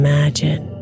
Imagine